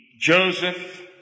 Joseph